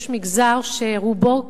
יש מגזר שרובו